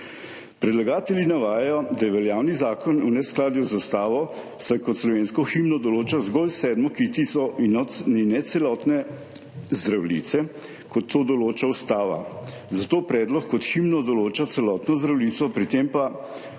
Predlagatelji navajajo, da je veljavni zakon v neskladju z ustavo, saj kot slovensko himno določa zgolj sedmo kitico in ne celotne Zdravljice, kot to določa ustava. Zato predlog kot himno določa celotno Zdravljico, pri tem pa